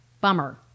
Bummer